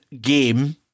game